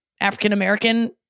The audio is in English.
African-American